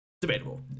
Debatable